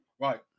Right